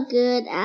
good